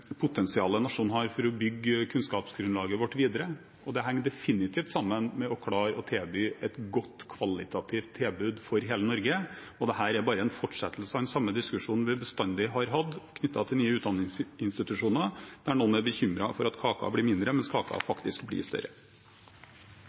potensialet nasjonen har for å bygge kunnskapsgrunnlaget vårt videre. Det henger definitivt sammen med å klare å gi et kvalitativt godt tilbud for hele Norge. Dette er bare en fortsettelse av den samme diskusjonen vi bestandig har hatt knyttet til nye utdanningsinstitusjoner, der noen er bekymret for at kaken blir mindre, mens